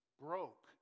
broke